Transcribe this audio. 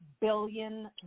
billion